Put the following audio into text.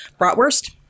Bratwurst